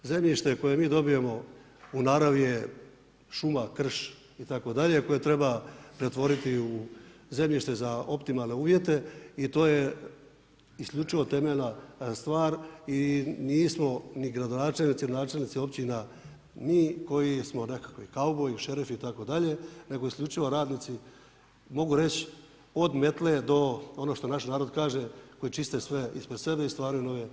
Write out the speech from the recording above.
Zemljište koje mi dobijemo u naravni je šuma, krš itd. koje treba pretvoriti u zemljište za optimalne uvjete i to je isključivo temeljna stvar i nismo ni gradonačelnici, načelnici općina mi koji smo nekakvi kauboji, šerifi itd. nego isključivo radnici mogu reći, od metle do ono što naš narod kaže, koji čiste sve ispred sebe i stvaraju nove vrijednosti.